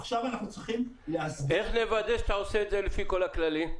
עכשיו צריכים לאסדר -- איך נוודא שאתה עושה את זה לפי כל הכללים?